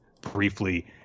briefly